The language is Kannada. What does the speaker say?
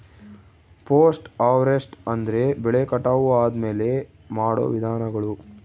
ಪೋಸ್ಟ್ ಹಾರ್ವೆಸ್ಟ್ ಅಂದ್ರೆ ಬೆಳೆ ಕಟಾವು ಆದ್ಮೇಲೆ ಮಾಡೋ ವಿಧಾನಗಳು